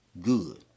good